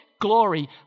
glory